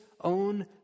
own